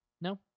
No